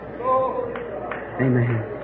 Amen